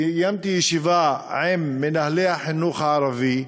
קיימתי ישיבה עם מנהלי החינוך הערבי,